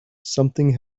something